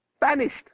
Banished